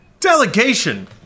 delegation